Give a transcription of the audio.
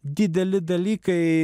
dideli dalykai